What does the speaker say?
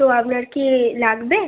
তো আপনার কি লাগবে